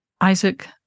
isaac